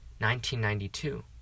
1992